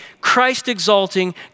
Christ-exalting